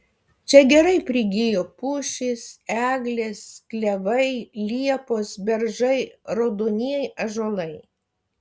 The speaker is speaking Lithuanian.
čia gerai prigijo pušys eglės klevai liepos beržai raudonieji ąžuolai